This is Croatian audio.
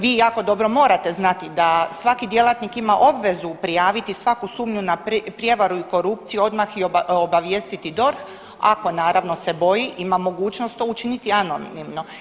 Vi jako dobro morate znati da svaki djelatnik ima obvezu prijaviti svaku sumnju na prijevaru i korupciju i odmah obavijestiti DORH, ako naravno se boji ima mogućnost to učiniti anonimno.